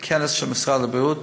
מציגים בכנס של משרד הבריאות.